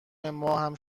ماهم